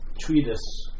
treatise